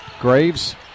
Graves